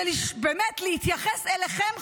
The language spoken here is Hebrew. באמת להתייחס אליכם,